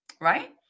Right